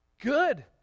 good